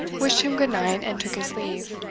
wished him good-night, and took his leave.